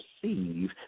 perceive